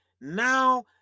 now